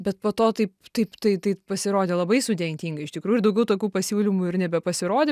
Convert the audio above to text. bet po to taip taip tai tai pasirodė labai sudėtinga iš tikrųjų ir daugiau tokių pasiūlymų ir nebepasirodė